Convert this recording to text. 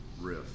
riff